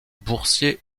boursier